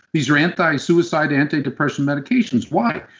these were and and suicide antidepression medications, why?